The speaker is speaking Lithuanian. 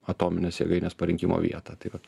atominės jėgainės parinkimo vietą tai vat